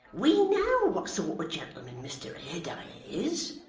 we know what sort of gentleman mr haredale is.